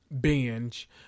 binge